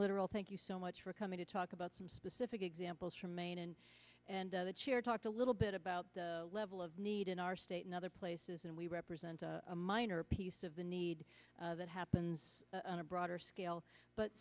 literal thank you so much for coming to talk about some specific examples from maine and and the chair talked a little bit about the level of need in our state and other places and we represent a minor piece of the need that happens on a broader scale but